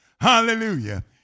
hallelujah